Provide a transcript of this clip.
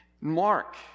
Mark